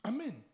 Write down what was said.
Amen